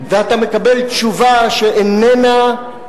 ואתה מקבל תשובה שבאמת,